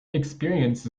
experience